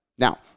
Now